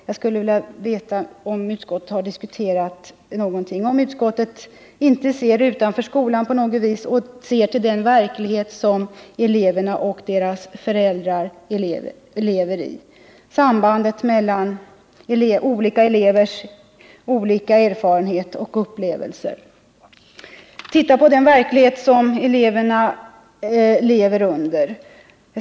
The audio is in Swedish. Jag skulle vilja veta om utskottet har diskuterat någonting, om utskottet inte ser utanför skolan på något vis och ser till den verklighet som eleverna och deras föräldrar lever i; sambandet mellan olika elevers olika erfarenheter och upplevelser.